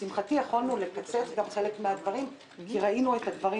יכולנו לקצץ חלק מהדברים כשראינו את הדברים